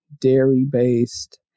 dairy-based